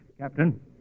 Captain